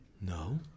No